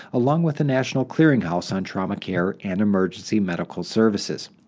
along with a national clearinghouse on trauma care and emergency medical services.